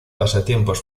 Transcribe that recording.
pasatiempos